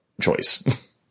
choice